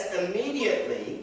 immediately